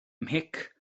mhic